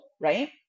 right